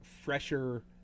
fresher